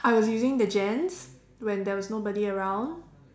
I was using the gents when there was nobody around